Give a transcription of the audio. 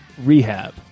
rehab